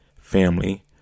family